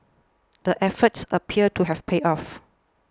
the efforts appear to have paid off